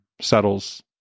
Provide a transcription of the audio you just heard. settles